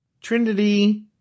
Trinity